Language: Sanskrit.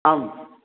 आम्